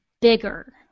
bigger